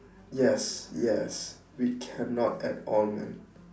yes yes we cannot at all man